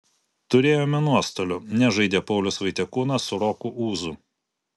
turėjome nuostolių nežaidė paulius vaitiekūnas su roku ūzu